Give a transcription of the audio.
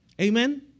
Amen